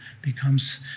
becomes